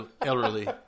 Elderly